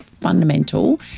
fundamental